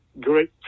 great